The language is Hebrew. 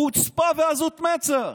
חוצפה ועזות מצח.